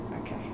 Okay